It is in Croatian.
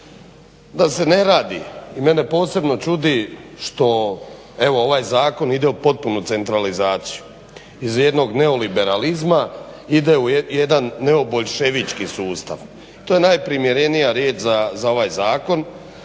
Da se ne radi i mene posebno čudi što ovaj zakon ide u potpunu centralizaciju iz jednog neoliberalizma ide u neoboljševički sustav. To je najprimjerenija riječ za ovaj zakon,